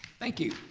thank you.